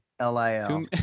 LIL